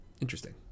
Interesting